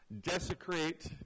desecrate